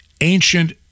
ancient